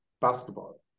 basketball